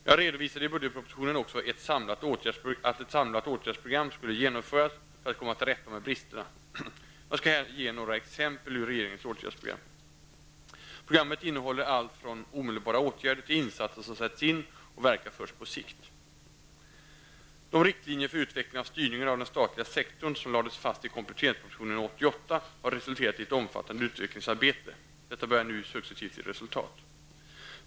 Jag redovisade i budgetpropositionen också att ett samlat åtgärdsprogram skulle genomföras för att komma till rätta med bristerna. Jag skall här ge några exempel ur regeringens åtgärdsprogram. Programmet innehåller allt från omedelbara åtgärder till insatser som sätts in och verkar först på sikt. -- De riktlinjer för utvecklingen av styrningen av den statliga sektorn som lades fast i kompletteringspropositionen 1988 har resulterat i ett omfattande utvecklingsarbete. Detta börjar nu successivt ge resultat.